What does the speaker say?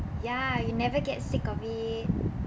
ya you never get sick of it